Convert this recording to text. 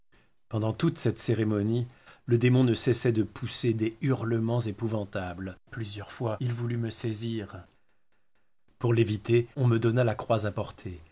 pendant toute cette cérémonie le démon ne cessait de pousser des hurlemens épouvantables plusieurs fois il voulut me saisir pour l'éviter on me donna la croix